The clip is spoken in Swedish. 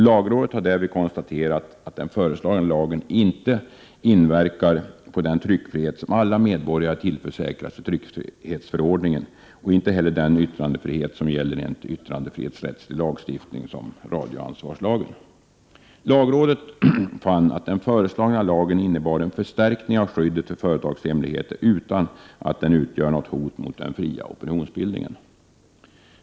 Lagrådet har därvid konstaterat att den föreslagna lagen inte inverkar på den tryckfrihet som alla medborgare tillförsäkras i tryckfrihetsförordningen och inte heller på den yttrandefrihet som gäller enligt yttrandefrihetsrättslig lagstiftning, såsom radioansvarslagen. Lagrådet har funnit att den föreslagna lagen innebär en förstärkning av skyddet för företagshemligheter utan att för den skull utgöra något hot mot den fria opinionsbildningen.